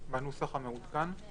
בנוסח המעודכן?